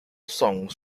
songs